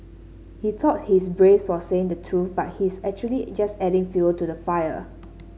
he thought he's brave for saying the truth but he's actually just adding fuel to the fire